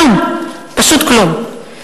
כלום, פשוט כלום.